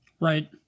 right